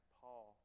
paul